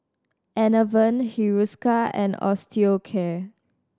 Enervon Hiruscar and Osteocare